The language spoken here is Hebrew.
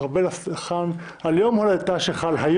שונות נודיע לכם מתי הדיון ברביזיה הבאה.